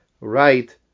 right